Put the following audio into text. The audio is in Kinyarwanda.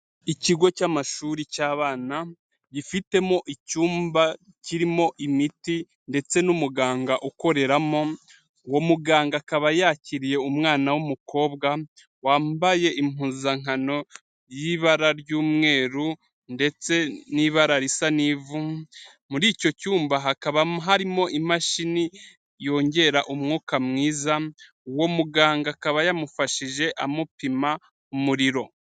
Ikigo cy'amashuri cy'abana, gifitemo icyumba kirimo imiti ndetse n'umuganga ukoreramo, uwo muganga akaba yakiriye umwana w'umukobwa wambaye impuzankano y'ibara ry'umweru ndetse n'ibara risa n'ivu, muri icyo cyumba hakaba harimo imashini yongera umwuka mwiza, uwo muganga akaba yamufashije amupima umuriro.